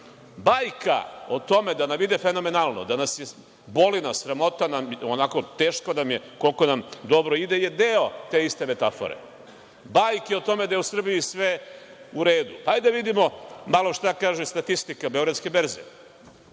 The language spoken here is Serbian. važno. Bajka o tome da nam ide fenomenalno, boli nas, sramota nas je, onako, teško nam je koliko nam dobro ide je deo te iste metafore. Bajke o tome da je u Srbiji sve u redu. Hajde da vidimo šta kaže statistika Beogradske berze